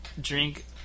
drink